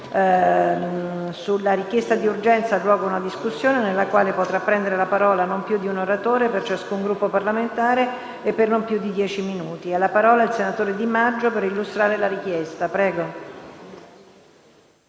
tale richiesta ha luogo una discussione nella quale potrà prendere la parola non più di un oratore per ciascun Gruppo parlamentare e per non più di dieci minuti. Ha la parola il senatore Di Maggio per illustrare la richiesta. [DI